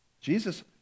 Jesus